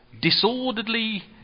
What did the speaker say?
disorderly